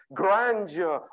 grandeur